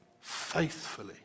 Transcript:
Faithfully